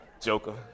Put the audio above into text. Joker